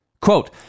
quote